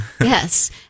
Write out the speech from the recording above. yes